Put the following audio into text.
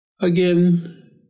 again